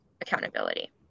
accountability